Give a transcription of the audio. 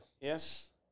Yes